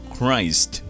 Christ